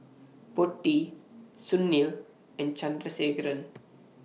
Potti Sunil and Chandrasekaran